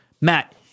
Matt